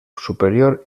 superior